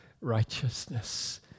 righteousness